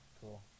Cool